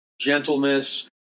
gentleness